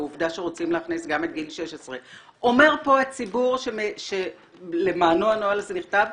העובדה שרוצים להכניס גם את גיל 16. אומר פה הציבור שלמענו הנוהל הזה נכתב,